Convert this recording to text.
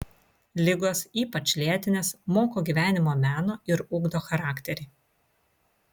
ligos ypač lėtinės moko gyvenimo meno ir ugdo charakterį